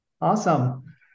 Awesome